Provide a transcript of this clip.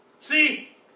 See